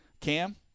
Cam